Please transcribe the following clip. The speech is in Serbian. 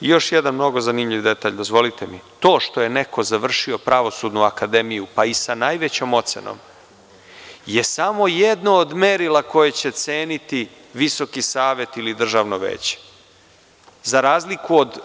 Još jedan zanimljiv detalj, dozvolite mi, to što je neko završio pravosudnu akademiju, pa i sa najvećom ocenom je samo jedno od merila koje će ceniti Visoki savet ili Državno veće, za razliku od